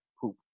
poop